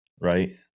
Right